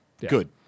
Good